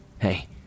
hey